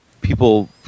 People